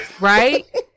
Right